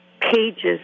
pages